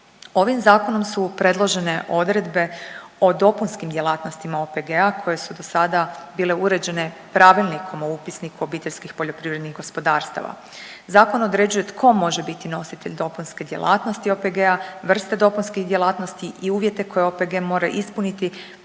Ovim zakonom su predložene odredbe o dopunskim djelatnostima OPG-a koje su dosada bile uređene Pravilnikom o upisniku obiteljskih poljoprivrednih gospodarstava. Zakon određuje tko može biti nositelj dopunske djelatnosti OPG-a, vrte dopunskih djelatnosti i uvjete koje OPG mora ispuniti